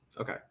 Okay